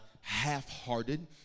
half-hearted